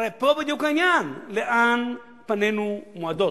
הרי פה בדיוק העניין, לאן פנינו מועדות.